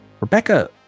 Rebecca